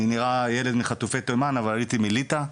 אני נראה ילד מחטופי תימן, אבל עליתי מליטא,